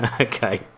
Okay